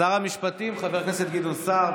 שר המשפטים חבר הכנסת גדעון סער,